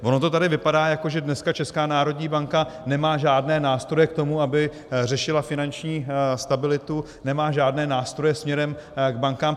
Ono to tady vypadá, jako že Česká národní banka nemá žádné nástroje k tomu, aby řešila finanční stabilitu, nemá žádné nástroje směrem k bankám.